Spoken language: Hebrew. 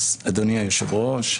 אדוני היושב ראש,